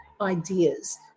ideas